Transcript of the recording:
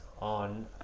on